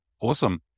Awesome